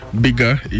bigger